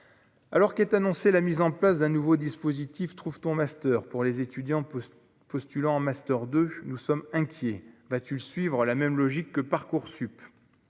alors qu'est annoncé la mise en place d'un nouveau dispositif trouve ton master pour les étudiants peut postuler en master deux nous sommes inquiets, battu le suivre la même logique que Parcoursup